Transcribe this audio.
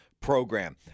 program